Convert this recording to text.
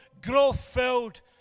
growth-filled